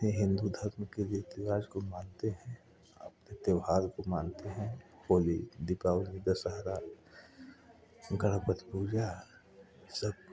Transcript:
अपने हिन्दू धर्म के रीति रिवाज को मनाते हैं अपने त्योहार को मनाते हैं और ये दीपावली दशहरा गणपति पूजा ये सब